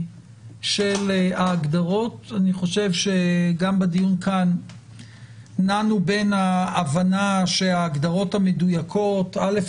של ההגדרות אני חושב גם בדיון כאן נענו בין ההבנה שההגדרות המדויקות א.